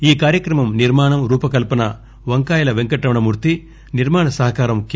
ఈ కార్యక్రమం నిర్మాణం రూప కల్పన వంకాయల పెంకట రమణ మూర్తి నిర్మాణ సహకారం కె